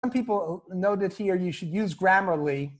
‫איזה אנשים יודעים ‫שאתה יכול להשתמש בגרמאלי.